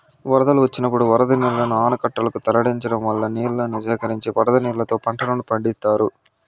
వరదలు వచ్చినప్పుడు వరద నీళ్ళను ఆనకట్టలనకు తరలించడం వల్ల నీళ్ళను సేకరించి వరద నీళ్ళతో పంటలను పండిత్తారు